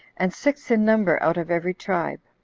and six in number out of every tribe.